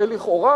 הרי לכאורה,